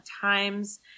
Times